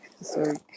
Sorry